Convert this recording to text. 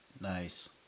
Nice